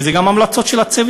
ואלה גם המלצות של הצוות,